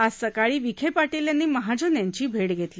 आज सकाळी विखे पाटील यांनी महाजन यांची भेट घेतली